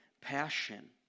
passion